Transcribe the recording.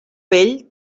vell